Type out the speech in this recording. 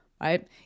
right